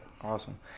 awesome